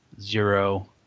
zero